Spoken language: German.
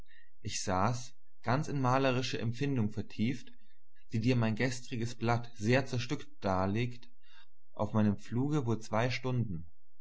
ich saß ganz in malerische empfindung vertieft die dir mein gestriges blatt sehr zerstückt darlegt auf meinem pfluge wohl zwei stunden